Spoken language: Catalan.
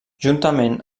juntament